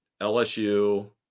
LSU